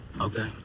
Okay